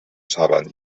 saben